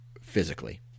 physically